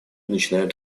начинают